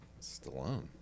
Stallone